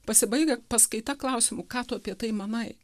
pasibaigia paskaita klausimu ką tu apie tai manai